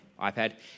iPad